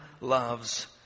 loves